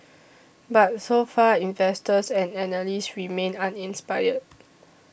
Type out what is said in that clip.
but so far investors and analysts remain uninspired